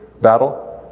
battle